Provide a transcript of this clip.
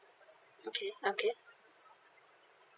okay okay